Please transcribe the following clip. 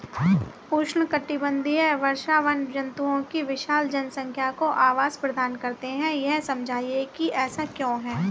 उष्णकटिबंधीय वर्षावन जंतुओं की विशाल जनसंख्या को आवास प्रदान करते हैं यह समझाइए कि ऐसा क्यों है?